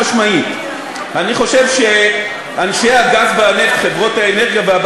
השתתפו בהצבעה או לא שמעו את שמם ורוצים